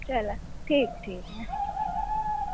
चल ठीक ठीक ठीक ऐ